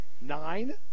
nine